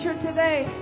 today